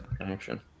action